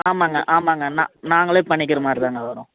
ஆமாம்ங்க ஆமாம்ங்க நாங்களே பண்ணிகிறமாதிரி தாங்க வரும்